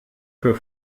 für